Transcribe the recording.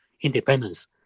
independence